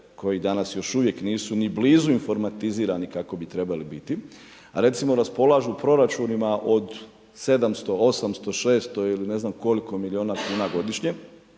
koji danas još uvijek nisu ni blizu informatizirani kako bi trebali, a recimo, raspolažu proračunima od 700, 800, 600 ili ne znam koliko miliona kuna godišnje